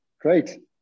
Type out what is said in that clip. great